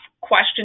question